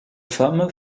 femme